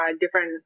different